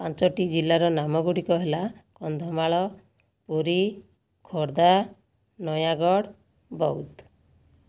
ପାଞ୍ଚଟି ଜିଲ୍ଲାର ନାମ ଗୁଡ଼ିକ ହେଲା କନ୍ଧମାଳ ପୁରୀ ଖୋର୍ଦ୍ଧା ନୟାଗଡ଼ ବୌଦ୍ଧ